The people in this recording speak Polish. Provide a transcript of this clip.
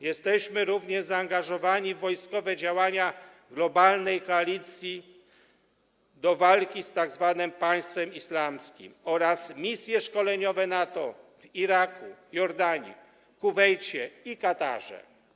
Jesteśmy również zaangażowani w wojskowe działania Globalnej Koalicji do walki z tzw. Państwem Islamskim oraz misje szkoleniowe NATO w Iraku, Jordanii, Kuwejcie i Katarze.